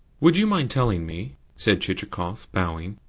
would you mind telling me, said chichikov, bowing,